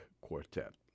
Quartet